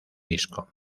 disco